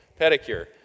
Pedicure